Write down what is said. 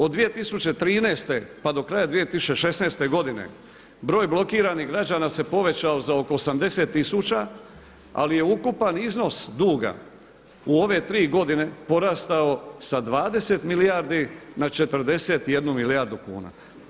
Od 2013. pa do kraja 2016.godine, broj blokiranih građana se povećao za oko 80 tisuća, ali je ukupan iznos duga u ove tri godine porastao sa 20 milijardi na 41 milijardu kuna.